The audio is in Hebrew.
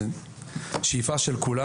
זו שאיפה של כולם.